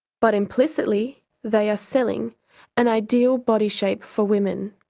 but implicitly they are selling an ideal body shape for women.